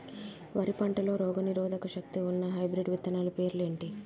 వరి పంటలో రోగనిరోదక శక్తి ఉన్న హైబ్రిడ్ విత్తనాలు పేర్లు ఏంటి?